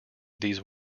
these